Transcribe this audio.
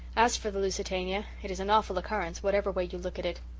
as for the lusitania, it is an awful occurrence, whatever way you look at it.